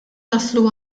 naslu